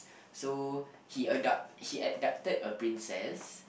so he abduct he abducted a princess